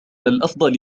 الأفضل